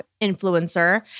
influencer